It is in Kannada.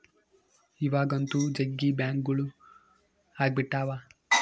ಇವಾಗಂತೂ ಜಗ್ಗಿ ಬ್ಯಾಂಕ್ಗಳು ಅಗ್ಬಿಟಾವ